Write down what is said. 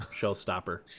Showstopper